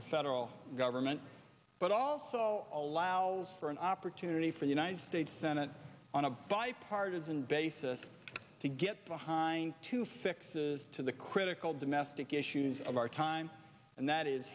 the federal government but also allows for an opportunity for the united states senate on a bipartisan basis to get behind to fixes to the critical domestic issues of our time and that is